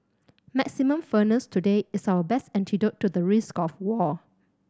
maximum firmness today is our best antidote to the risk of war